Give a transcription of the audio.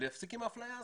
להפסיק עם האפליה הזאת.